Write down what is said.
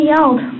yelled